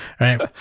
right